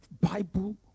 Bible